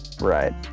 Right